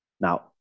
Now